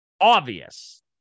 obvious